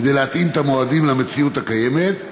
כדי להתאים את המועדים למציאות הקיימת.